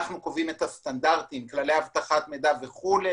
אנחנו קובעים את הסטנדרטים, כללי אבטחת מידע וכו'.